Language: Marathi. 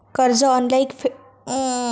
कर्ज ऑनलाइन फेडूक मेलता काय?